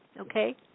Okay